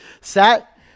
set